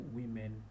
women